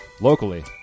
locally